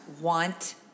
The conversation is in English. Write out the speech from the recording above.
want